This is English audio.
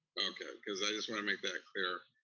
okay, cause i just wanna make that clear.